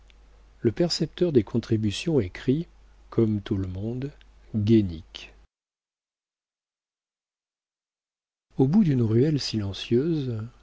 le percepteur des contributions écrit comme tout le monde guénic au bout d'une ruelle silencieuse